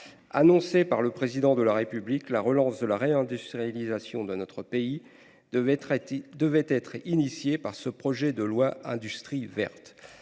annoncée par le Président de la République, la relance de la réindustrialisation de notre pays devait être engagée par ce projet de loi relatif